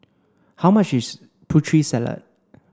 how much is Putri Salad